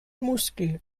muskel